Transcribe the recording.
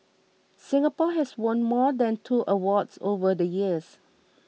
Singapore has won more than two awards over the years